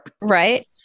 Right